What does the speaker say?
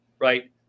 right